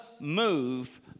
move